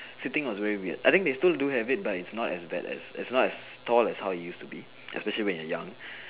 sitting was very weird I think they still do have it but it's not as bad as it's not as tall as how it used to be especially when you are young